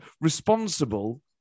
responsible